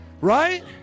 Right